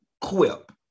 quip